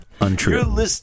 Untrue